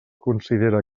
considera